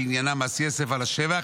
שעניינם מס יסף על השבח,